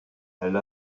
elle